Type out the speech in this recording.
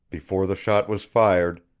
before the shot was fired,